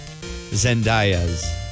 Zendayas